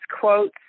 quotes